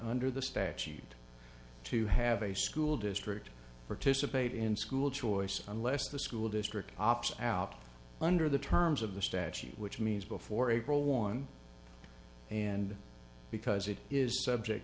under the statute to have a school district participate in school choice unless the school district ops out under the terms of the statute which means before april one and because it is subject